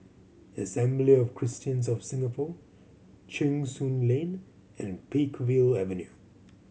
Assembly of Christians of Singapore Cheng Soon Lane and Peakville Avenue